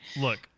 look